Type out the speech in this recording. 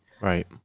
Right